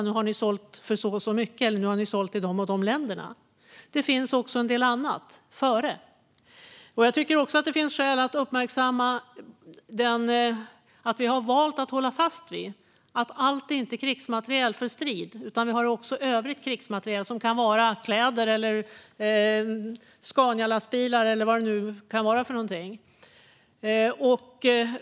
Nu har ni sålt för så och så mycket" eller "Nu har ni sålt till de och de länderna". Det finns också en del annat, före. Jag tycker också att det finns skäl att uppmärksamma att vi valt att hålla fast vid att allt inte är krigsmateriel för strid. Vi har också övrig krigsmateriel, som kan vara kläder eller Scanialastbilar eller vad det nu kan vara.